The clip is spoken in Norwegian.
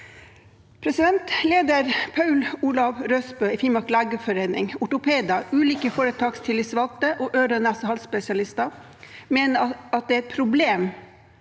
eneste dag. Leder Paul Olav Røsbø i Finnmark legeforening, ortopeder, ulike foretakstillitsvalgte og ørenese-halsspesialister mener det er et problem